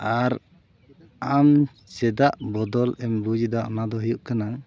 ᱟᱨ ᱟᱢ ᱪᱮᱫᱟᱜ ᱵᱚᱫᱚᱞ ᱮᱢ ᱵᱩᱡᱽᱫᱟ ᱚᱱᱟᱫᱚ ᱦᱩᱭᱩᱜ ᱠᱟᱱᱟ